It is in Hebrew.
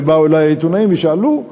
ובאו אלי עיתונאים ושאלו,